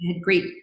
great